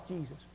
Jesus